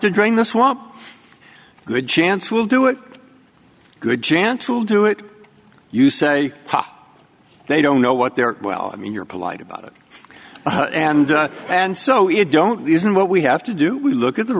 to drain the swamp good chance will do it good chance will do it you say ha they don't know what they're well i mean you're polite about it and and so you don't reason what we have to do we look at the